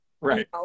right